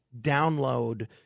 download